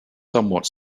somewhat